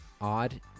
Odd